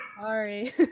Sorry